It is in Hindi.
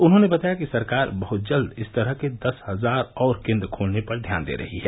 उन्होंने बताया कि सरकार बहत जल्द इस तरह के दस हजार और केन्द्र खोलने पर ध्यान दे रही है